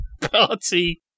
party